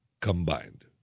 combined